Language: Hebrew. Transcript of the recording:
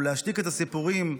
להשתיק את הסיפורים,